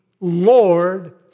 Lord